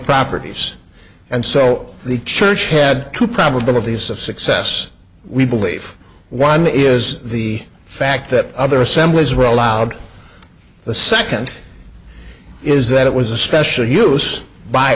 properties and so the church had to probabilities of success we believe one is the fact that other assemblies were allowed the second is that it was a special